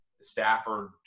Stafford